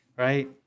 Right